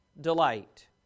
delight